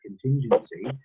contingency